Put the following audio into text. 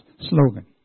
slogan